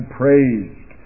praised